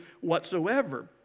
whatsoever